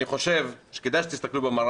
אז אתם, אני חושב שכדאי שתסתכלו במראה